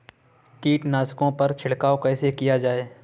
कीटनाशकों पर छिड़काव कैसे किया जाए?